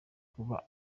kuba